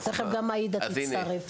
תכף גם עאידה תצטרף.